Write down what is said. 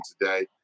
today